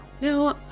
No